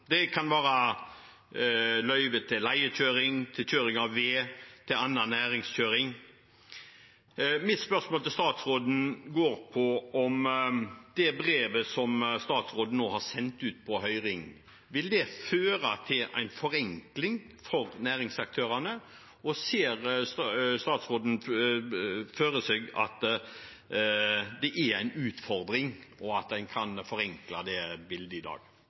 Det kan være løyve til leiekjøring, til kjøring av ved, til annen næringskjøring. Spørsmålet mitt til statsråden går på om det brevet som statsråden nå har sendt ut på høring, vil føre til en forenkling for næringsaktørene. Og ser statsråden for seg at det er en utfordring, og at man kan forenkle det bildet i dag?